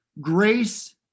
grace